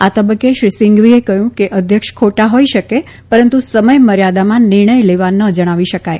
આ તબક્કે શ્રી સિંઘવીએ કહ્યું કે અધ્યક્ષ ખોટા હોઇ શકે પરંતુ સમયમર્યાદામાં નિર્ણય લેવા ન જણાવી શકાય